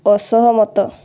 ଅସହମତ